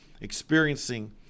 experiencing